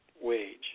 wage